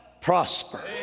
prosper